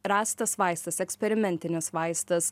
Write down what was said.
rastas vaistas eksperimentinis vaistas